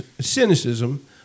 cynicism